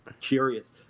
curious